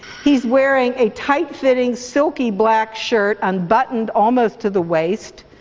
he's wearing a tight-fitting silky black shirt, unbuttoned almost to the waist,